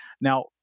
Now